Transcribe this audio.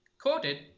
quoted